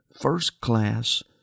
first-class